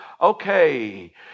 okay